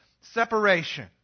separation